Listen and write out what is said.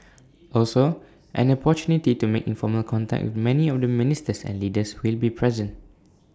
also an opportunity to make informal contact with many of the ministers and leaders who will be present